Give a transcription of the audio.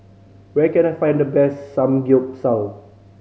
where can I find the best Samgeyopsal